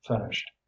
finished